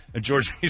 George